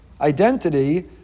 identity